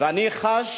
ואני חש